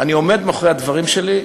אני עומד מאחורי הדברים שלי,